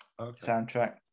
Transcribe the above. soundtrack